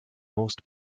most